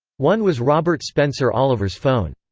one was robert spencer oliver's phone.